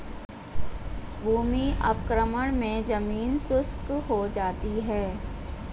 भूमि अवक्रमण मे जमीन शुष्क हो जाती है